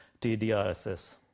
TDRSS